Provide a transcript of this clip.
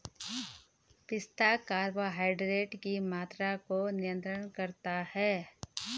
पिस्ता कार्बोहाइड्रेट की मात्रा को नियंत्रित करता है